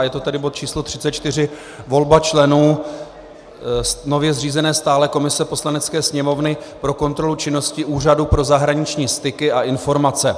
Je to bod číslo 34, volba členů nově zřízené stálé komise Poslanecké sněmovny pro kontrolu činnosti Úřadu pro zahraniční styky a informace.